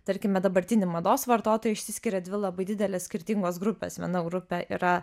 tarkime dabartinį mados vartotoją išsiskiria dvi labai didelės skirtingos grupės viena grupė yra